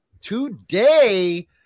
Today